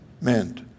meant